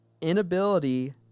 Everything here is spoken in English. inability